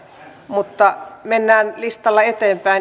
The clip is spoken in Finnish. mutta mennään listalla eteenpäin